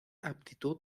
aptitud